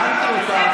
הבנתי אותך.